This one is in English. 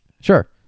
Sure